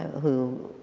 who,